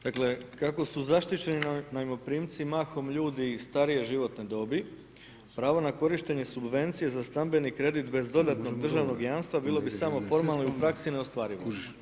Dakle kako su zaštićeni najmoprimci mahom ljudi i starije životne dobi pravo na korištenje subvencije za stambeni kredit bez dodatnog državnog jamstva bilo bi samo formalno i u praksi neostvarivo.